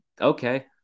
Okay